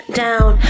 down